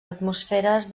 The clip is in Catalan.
atmosferes